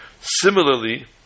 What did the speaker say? Similarly